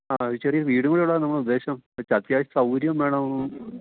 ആ ചെറിയ വീടുപോലെ ഉള്ളതാണ് നമ്മളുടെ ഉദ്ദേശം കുറച്ച് അത്യാവശ്യ സൗകര്യവും വേണം